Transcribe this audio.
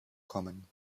kommen